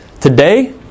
today